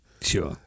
sure